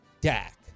Dak